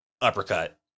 uppercut